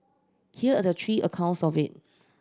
here are the three accounts of it